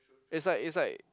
is like is like